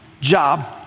job